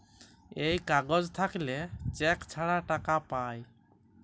এই কাগজ থাকল্যে চেক ছাড়া টাকা পায়